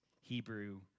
Hebrew